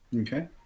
okay